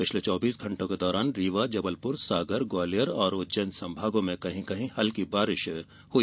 पिछले चौबीस घण्टों के दौरान रीवा जबलपुर सागर ग्वालियर उज्जैन संभागो में कहीं कहीं हल्की बारिश हुई